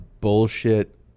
bullshit